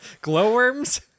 Glowworms